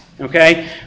okay